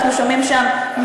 הצעקות האלה,